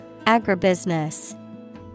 Agribusiness